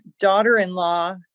daughter-in-law